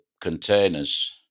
containers